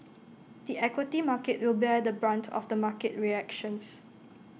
the equity market will bear the brunt of the market reactions